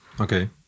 Okay